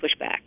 pushback